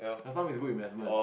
last time we do investment